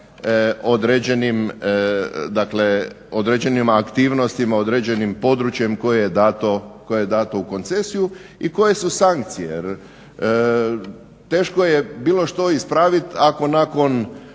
određenim aktivnostima, određenim područjem koje je dato u koncesiju. I koje su sankcije. Teško je bilo što ispravit ako nakon